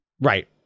Right